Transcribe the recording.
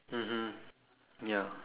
mmhmm ya